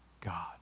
God